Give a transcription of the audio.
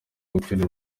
gucyura